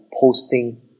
posting